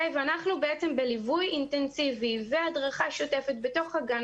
אנחנו בליווי אינטנסיבי והדרכה שוטפת בתוך הגן,